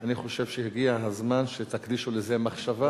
אני חושב שהגיע הזמן שתקדישו לזה מחשבה.